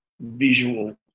visual